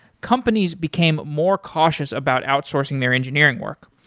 companies became more cautious about outsourcing their engineering work,